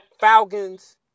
Falcons